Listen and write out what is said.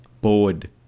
bored